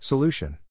Solution